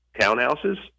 townhouses